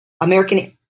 American